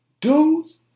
dudes